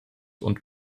und